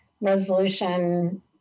resolution